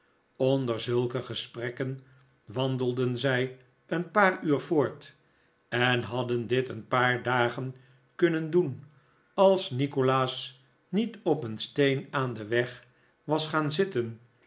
onder zulke gesprekken wandelden zij een paar uur voort en hadden dit een paar dagen kunnen doen als nikolaas niet op een steen aan den weg was gaan zitten